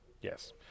yes